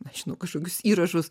nežinau kažkokius įrašus